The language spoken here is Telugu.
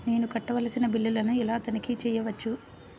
నేను కట్టవలసిన బిల్లులను ఎలా తనిఖీ చెయ్యవచ్చు?